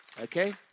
Okay